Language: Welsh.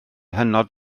hynod